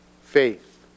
faith